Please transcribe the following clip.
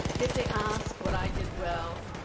if they ask what i did well,